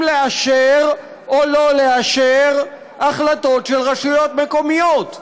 לאשר או לא לאשר החלטות של רשויות מקומיות?